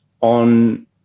on